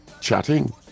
chatting